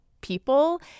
people